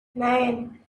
nine